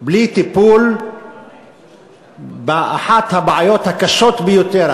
בלי טיפול באחת הבעיות הקשות ביותר,